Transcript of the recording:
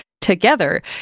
together